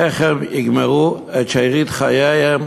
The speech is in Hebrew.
איך הם יגמרו את שארית חייהם